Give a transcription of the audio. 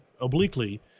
obliquely